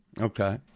Okay